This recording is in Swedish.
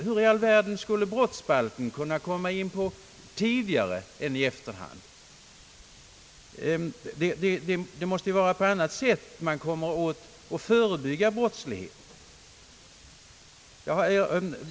Hur i all världen skulle brottsbalken kunna komma in tidigare än i efterhand? Man måste på annat sätt komma åt att förebygga brottsligheten.